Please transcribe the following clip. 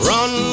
Run